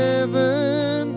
Heaven